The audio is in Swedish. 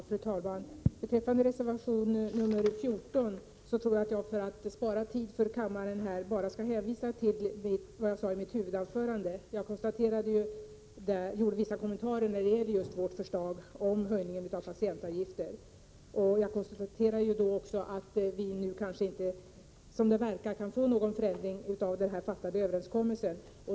Fru talman! Beträffande reservation 14 vill jag för att spara tid för kammaren bara hänvisa till vad jag sade i mitt huvudanförande. Jag gjorde vissa kommentarer beträffande vårt förslag om höjningen av patientavgiften. Jag konstaterade också att vi nu, som det verkar, kanske inte kan få till stånd någon förändring av den träffade överenskommelsen.